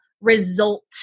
result